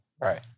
Right